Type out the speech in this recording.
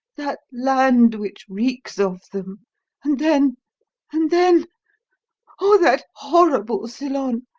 that land which reeks of them and then and then oh, that horrible ceylon!